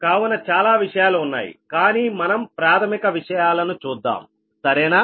కావున చాలా విషయాలు ఉన్నాయి కానీ మనం ప్రాథమిక విషయాలను చూద్దాం సరేనా